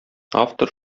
автор